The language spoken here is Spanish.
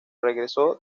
regresó